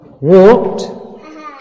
walked